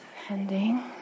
depending